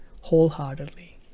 wholeheartedly